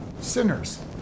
sinners